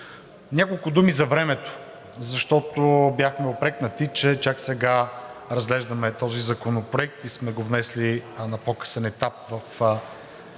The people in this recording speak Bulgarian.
Няколко думи за времето, защото бяхме упрекнати, че чак сега разглеждаме този законопроект и сме го внесли на по-късен етап в